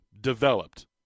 developed